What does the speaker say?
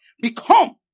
become